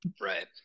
right